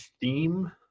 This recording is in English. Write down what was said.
theme